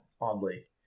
Oddly